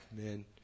Amen